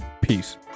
peace